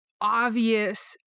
Obvious